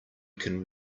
can